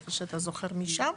כמו שאתה זוכר, זה מבוסס משם.